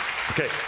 Okay